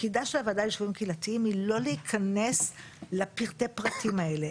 תפקידה של הוועדה ליישובים קהילתיים היא לא להיכנס לפרטי פרטים האלה.